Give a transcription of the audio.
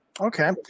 Okay